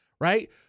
right